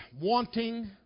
wanting